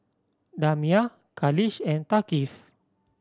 Damia Khalish and Thaqif